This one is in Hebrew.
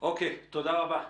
תודה רבה.